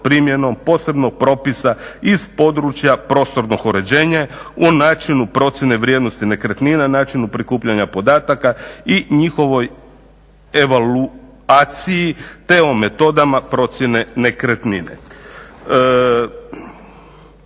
primjenom posebnog propisa iz područja prostornog uređenja o načinu procjene vrijednosti nekretnina, načinu prikupljanja podataka i njihovoj evaluaciji te o metodama procjene nekretnine.